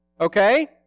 Okay